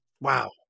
Wow